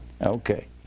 Okay